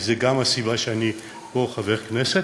כי זאת גם הסיבה שאני פה חבר כנסת,